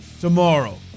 tomorrow